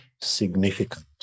significant